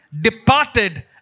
departed